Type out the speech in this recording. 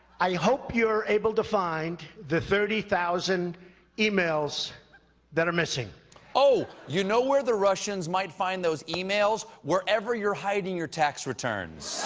i hope you are able to find the thirty thousand emails that are missing. stephen oh, you know where the russians might find those emails? wherever you're hiding your tax returns.